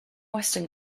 western